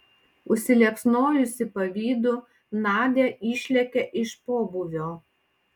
užsiliepsnojusi pavydu nadia išlėkė iš pobūvio